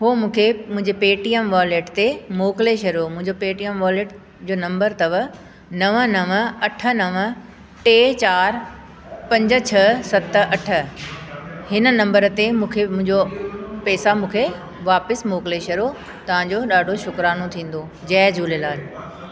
उहो मूंखे मुंहिंजे पेटीएम वॉलेट ते मोकिले छॾियो मुंहिंजो पेटीएम वॉलेट जो नम्बर अथव नंव नंव अठ नंव टे चार पंज छ्ह सत अठ हिन नम्बर ते मूंखे मुंहिंजो पेसा मूंखे वापसि मोकिले छॾियो तव्हां जो ॾाढो शुकिरानो थींदो जय झूलेलाल